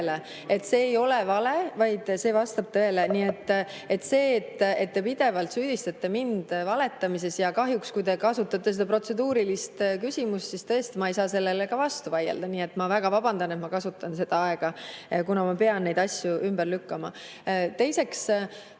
See ei ole vale, vaid see vastab tõele. Te pidevalt süüdistate mind valetamises. Kahjuks, kui te kasutate seda protseduurilist küsimust, siis ma ei saa sellele vastu vaielda. Ma väga vabandan, et ma kasutan seda aega, kuna ma pean neid asju ümber lükkama.